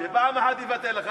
שפעם אחת יוותר לך,